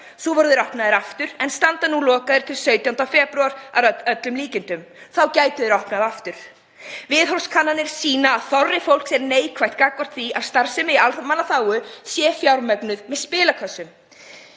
Svo voru þeir opnaðir aftur en standa nú lokaðir til 17. febrúar að öllum líkindum. Þá gætu þeir opnað aftur: Viðhorfskannanir sýna að þorri fólks er neikvætt gagnvart því að starfsemi í almannaþágu sé fjármögnuð með spilakössum.